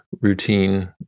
routine